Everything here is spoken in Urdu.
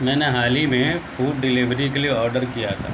میں نے حال ہی میں فوڈ ڈیلیوری کے لیے آڈر کیا تھا